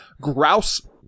grouse